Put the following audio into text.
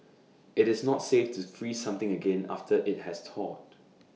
IT is not safe to freeze something again after IT has thawed